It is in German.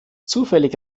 zufällig